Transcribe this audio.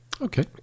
Okay